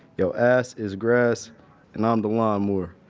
your ass is grass and i'm the lawnmower.